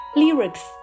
lyrics